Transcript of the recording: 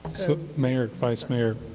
so mayor, vice mayor,